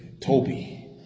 Toby